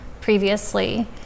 previously